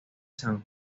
san